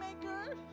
maker